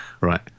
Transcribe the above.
right